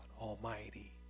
almighty